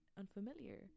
unfamiliar